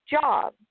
job